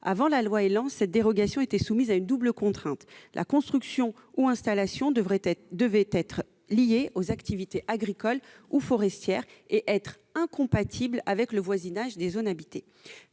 Avant la loi ÉLAN, cette dérogation était soumise à une double contrainte : la construction ou l'installation devait être liée aux activités agricoles ou forestières et être incompatible avec le voisinage des zones habitées.